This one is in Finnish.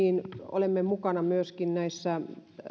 olemme mukana näissä